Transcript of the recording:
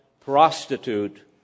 prostitute